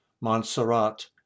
Montserrat